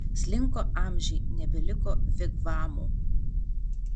slinko amžiai nebeliko vigvamų